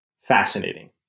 fascinating